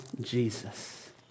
Jesus